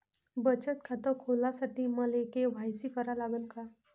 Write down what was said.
बचत खात खोलासाठी मले के.वाय.सी करा लागन का?